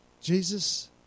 Jesus